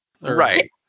Right